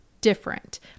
different